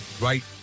right